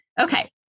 Okay